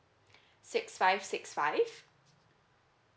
six five six five